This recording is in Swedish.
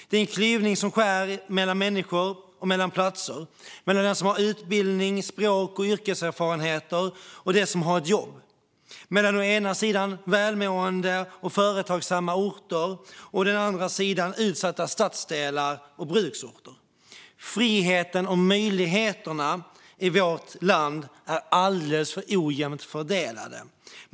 Det är en klyvning som skär mellan människor och mellan platser, mellan dem som har utbildning, språk och yrkeserfarenhet och dem som inte har ett jobb, mellan å ena sidan välmående och företagsamma orter och å andra sidan utsatta stadsdelar och bruksorter. Friheten och möjligheterna i vårt land är alldeles för ojämnt fördelade.